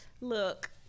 Look